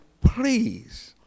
please